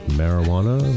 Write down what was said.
marijuana